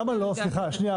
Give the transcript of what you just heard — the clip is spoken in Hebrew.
סליחה, שנייה.